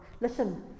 Listen